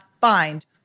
find